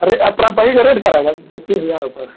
rate paneer का rate क्या रहेगा तीस हज़ार रुपये